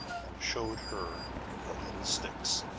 and showed her the little sticks.